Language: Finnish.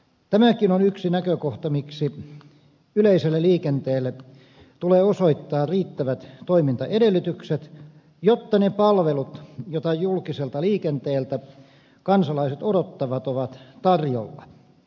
tämäkin on yksi näkökohta miksi yleiselle liikenteelle tulee osoittaa riittävät toimintaedellytykset jotta ne palvelut joita julkiselta liikenteeltä kansalaiset odottavat ovat tarjolla